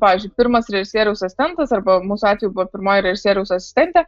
pavyzdžiui pirmas režisieriaus asistentas arba mūsų atveju buvo pirmoji režisieriaus asistentė